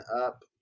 up